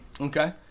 Okay